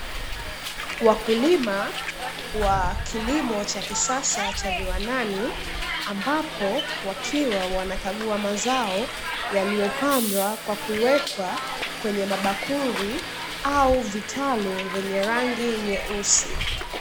Wakulima wa kilimo cha kisasa cha viwandani ambapo wakiwa wanakagua mazao yaliyopandwa kwa kuwekwa kwenye ma bakuli au vitalu vyenye rangi nyeusi.